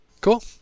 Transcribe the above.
Cool